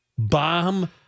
Bomb